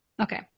Okay